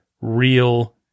real